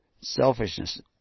selfishness